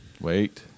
wait